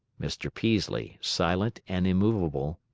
mr. peaslee, silent and immovable,